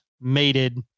mated